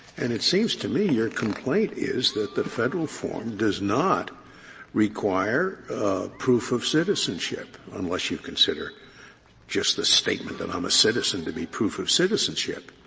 and it seems to me your complaint is that the federal form does not require proof of citizenship, unless you consider just the statement that i'm a citizen to be proof of citizenship.